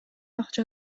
акча